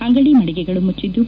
ಅಂಗಡಿ ಮಳಗೆಗಳು ಮುಚ್ಚಿದ್ದು